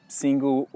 single